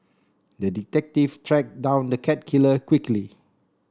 the detective tracked down the cat killer quickly